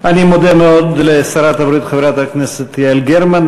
אני מודה מאוד לשרת הבריאות חברת הכנסת יעל גרמן,